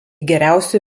geriausių